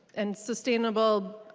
and sustainable